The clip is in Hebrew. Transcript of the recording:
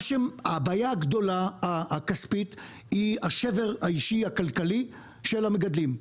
הבעיה הגדולה הכספית היא השבר האישי הכלכלי של המגדלים,